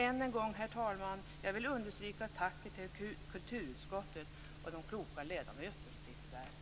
Än en gång, herr talman, vill jag understryka tacket till kulturutskottet och de kloka ledamöter som sitter där.